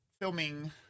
filming